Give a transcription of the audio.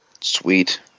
Sweet